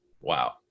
wow